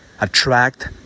Attract